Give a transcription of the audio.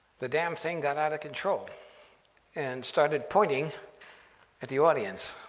the damn thing got out of control and started pointing at the audience.